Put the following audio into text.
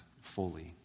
fully